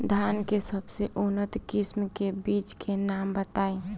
धान के सबसे उन्नत किस्म के बिज के नाम बताई?